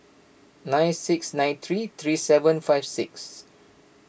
nine six nine three three seven five six